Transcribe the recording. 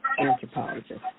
anthropologist